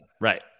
Right